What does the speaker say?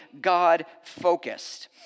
God-focused